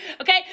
Okay